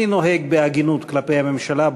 אני נוהג בהגינות כלפי הממשלה,